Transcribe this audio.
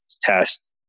test